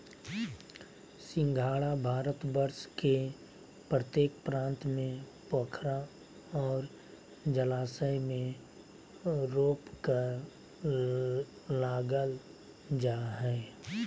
सिंघाड़ा भारतवर्ष के प्रत्येक प्रांत में पोखरा और जलाशय में रोपकर लागल जा हइ